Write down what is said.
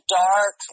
dark